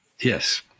Yes